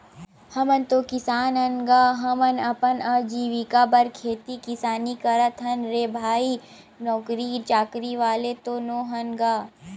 हमन तो किसान अन गा, हमन अपन अजीविका बर खेती किसानी करथन रे भई नौकरी चाकरी वाले तो नोहन गा